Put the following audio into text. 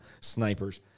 snipers